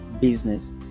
business